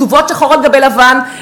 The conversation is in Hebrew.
כתובות שחור על-גבי לבן,